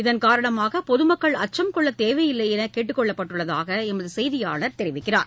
இதன் காரணமாக பொதுமக்கள் அச்சம் கொள்ளத் தேவையில்லை என்று கேட்டுக் கொள்ளப்பட்டுள்ளதாகவும் எமது செய்தியாளர் தெரிவிக்கிறார்